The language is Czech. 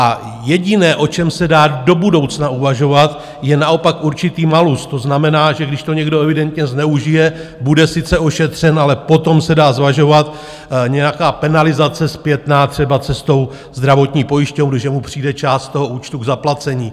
A jediné, o čem se dá do budoucna uvažovat, je naopak určitý malus, to znamená, že když to někdo evidentně zneužije, bude sice ošetřen, ale potom se dá zvažovat nějaká penalizace zpětná třeba cestou zdravotní pojišťovny, že mu přijde část toho účtu k zaplacení.